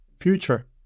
future